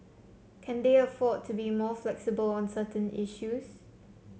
can they afford to be more flexible on certain issues